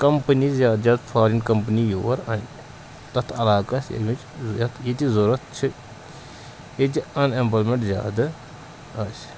company زیادٕ زیادٕ foreign company یور اَنٛنہِ تَتھ علاقس ییٚمِچ یَتھ ییٚتہِ یہِ ضوٚرَتھ چھِ ییٚتہِ اَن اٮ۪مپٕلایمٮ۪نٛٹ زیادٕ آسہِ